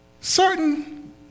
certain